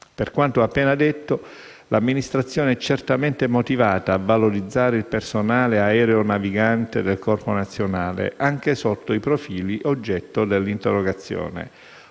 Per quanto ho appena detto, l'amministrazione è certamente motivata a valorizzare il personale aeronavigante del Corpo nazionale, anche sotto i profili oggetto dell'interrogazione.